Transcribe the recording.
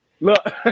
Look